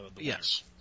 Yes